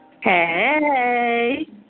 Hey